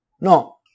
No